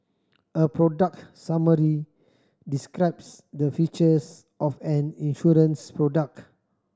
a product summary describes the features of an insurance product